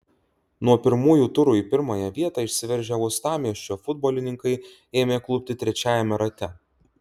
nuo pirmųjų turų į pirmąją vietą išsiveržę uostamiesčio futbolininkai ėmė klupti trečiajame rate